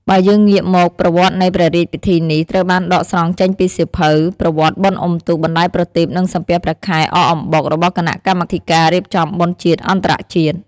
បើយើងងាកមក ប្រវត្តិនៃព្រះរាជពិធីនេះ ត្រូវបានដកស្រង់ចេញពី សៀវភៅ «ប្រវត្តិបុណ្យអ៊ំុទូក បណ្តែតប្រទីប និងសំពះព្រះខែ អកអំបុក» របស់គណៈកម្មាធិការ រៀបចំបុណ្យជាតិ អន្តរជាតិ។